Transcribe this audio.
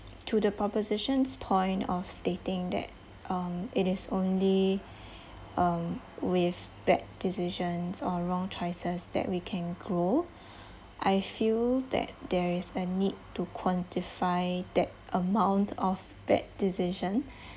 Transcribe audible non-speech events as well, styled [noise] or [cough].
to the proposition's point of stating that um it is only [breath] um with bad decisions or wrong choices that we can grow [breath] I feel that there is a need to quantify that amount of bad decision [breath]